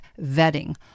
vetting